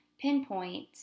pinpoint